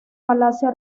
palacio